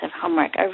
homework